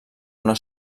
una